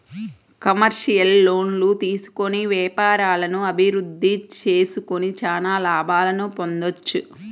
commercial లోన్లు తీసుకొని వ్యాపారాలను అభిరుద్ధి చేసుకొని చానా లాభాలను పొందొచ్చు